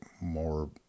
more